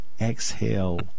exhale